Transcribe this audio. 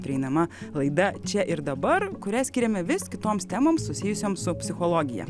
prieinama laida čia ir dabar kurias skiriame vis kitoms temoms susijusioms su psichologija